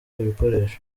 ibikoresho